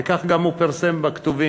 וכך הוא גם פרסם בכתובים,